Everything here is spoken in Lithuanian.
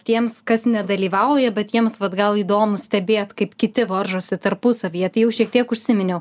tiems kas nedalyvauja bet jiems vat gal įdomu stebėt kaip kiti varžosi tarpusavyje tai jau šiek tiek užsiminiau